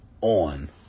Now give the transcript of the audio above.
on